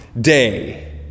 day